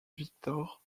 victor